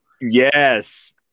Yes